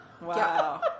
wow